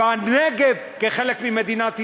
בנגב כחלק ממדינת ישראל.